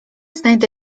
znajdę